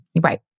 Right